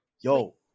Yo